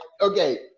okay